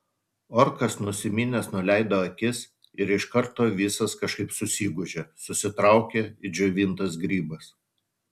orkas nusiminęs nuleido akis ir iš karto visas kažkaip susigūžė susitraukė it džiovintas grybas